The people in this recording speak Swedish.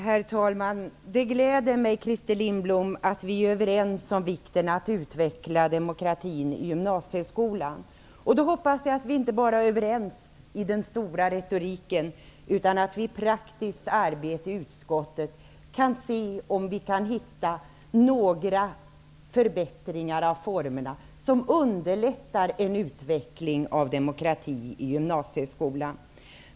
Herr talman! Det gläder mig, Christer Lindblom, att vi är överens om vikten av att utveckla demokratin i gymnasieskolan. Då hoppas jag att vi inte bara är överens i den stora retoriken utan att vi i praktiskt arbete i utskottet kan hitta några förbättringar av formerna som underlättar en sådan utveckling.